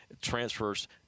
transfers